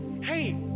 hey